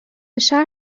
شهر